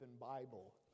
Bible